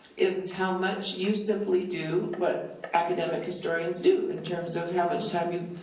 is how much you simply do what academic historians do, in terms of how much time you,